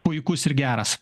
puikus ir geras